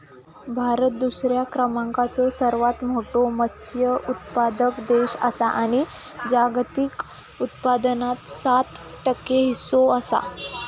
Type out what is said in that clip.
भारत दुसऱ्या क्रमांकाचो सर्वात मोठो मत्स्य उत्पादक देश आसा आणि जागतिक उत्पादनात सात टक्के हीस्सो आसा